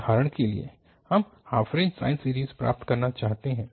उदाहरण के लिए हम हाफ रेंज साइन सीरीज प्राप्त करना चाहते हैं